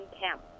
camp